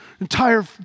entire